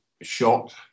shot